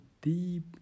deep